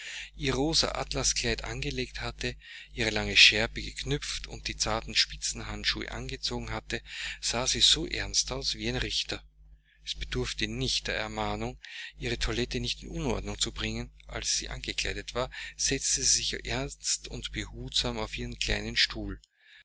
ihr rosa atlaskleid angelegt hatte ihre lange schärpe geknüpft und die zarten spitzenhandschuhe angezogen hatte sah sie so ernst aus wie ein richter es bedurfte nicht der ermahnung ihre toilette nicht in unordnung zu bringen als sie angekleidet war setzte sie sich ernst und behutsam auf ihren kleinen stuhl